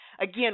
again